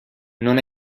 non